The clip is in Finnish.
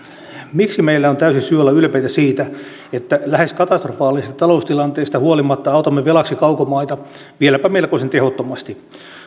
miksi meillä on täysi syy olla ylpeitä siitä että lähes katastrofaalisesta taloustilanteesta huolimatta autamme velaksi kaukomaita vieläpä melkoisen tehottomasti